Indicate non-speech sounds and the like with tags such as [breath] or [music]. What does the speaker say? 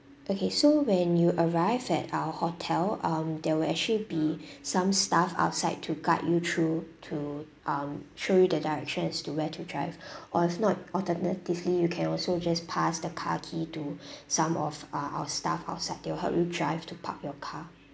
okay so when you arrive at our hotel um there will actually be some staff outside to guide you through to um show you the directions as to where to drive [breath] or if not alternatively you can also just pass the car key to [breath] some of um our staff outside they will help you drive to park your car